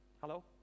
Hello